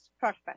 perfect